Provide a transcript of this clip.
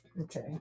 okay